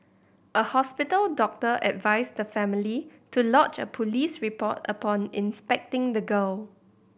a hospital doctor advised the family to lodge a police report upon inspecting the girl